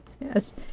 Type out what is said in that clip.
Yes